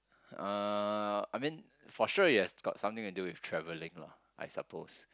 uh I mean for sure yes got something to do with travelling lah I suppose